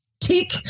tick